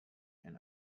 and